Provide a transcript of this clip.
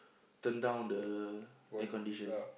turn down the air condition